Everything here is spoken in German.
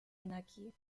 energie